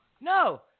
No